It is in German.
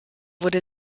wurde